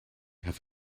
have